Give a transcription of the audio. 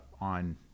on